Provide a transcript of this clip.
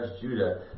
Judah